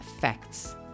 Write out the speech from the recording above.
facts